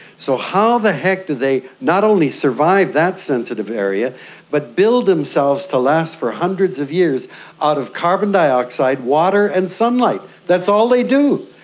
so how the heck do they not only survive that sensitive area but build themselves to last for hundreds of years out of carbon dioxide, water and sunlight. that's all they do.